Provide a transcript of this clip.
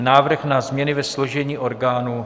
Návrh na změny ve složení orgánů